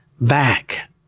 back